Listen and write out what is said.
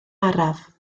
araf